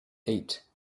eight